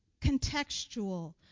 contextual